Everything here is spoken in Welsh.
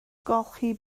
golchi